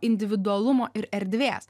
individualumo ir erdvės